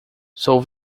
sou